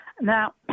Now